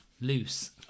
loose